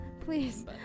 Please